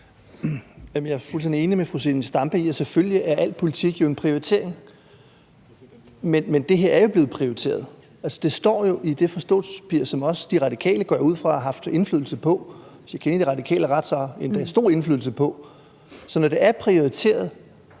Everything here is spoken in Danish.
Jeg er fuldstændig enig med fru Zenia Stampe i, at al politik selvfølgelig er en prioritering, men det her er jo blevet prioriteret. Det står jo i det forståelsespapir, som også De Radikale – går jeg ud fra – har haft indflydelse på, og hvis jeg kender De Radikale ret, endda stor indflydelse på. Så når det er prioriteret,